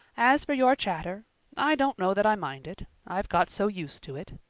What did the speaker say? as for your chatter, i don't know that i mind it i've got so used to it.